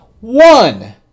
one